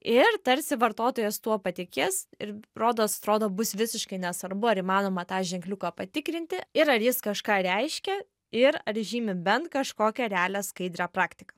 ir tarsi vartotojas tuo patikės ir rodos atrodo bus visiškai nesvarbu ar įmanoma tą ženkliuką patikrinti ir ar jis kažką reiškia ir ar žymi bent kažkokią realią skaidrią praktiką